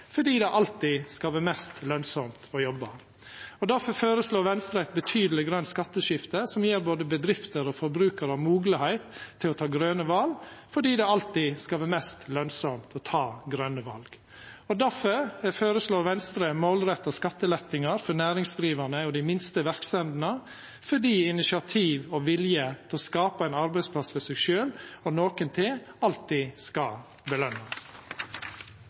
fordi det alltid skal vera mest lønsamt å jobba. Difor føreslår Venstre eit betydeleg grønt skatteskifte som gjev både bedrifter og forbrukarar moglegheit til å ta grøne val, fordi det alltid skal vera mest lønsamt å ta grøne val. Og difor føreslår Venstre målretta skattelettar for næringsdrivande og dei minste verksemdene, fordi initiativ og vilje til å skapa ein arbeidsplass for seg sjølv og nokre til alltid skal